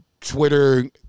Twitter